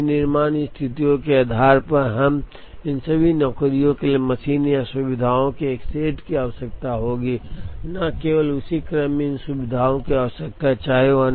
इसलिए विनिर्माण स्थितियों के आधार पर हमें इन सभी नौकरियों के लिए मशीनों या सुविधाओं के एक सेट की आवश्यकता होगी न केवल उसी क्रम में इन सुविधाओं की आवश्यकता है